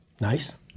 Nice